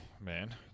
man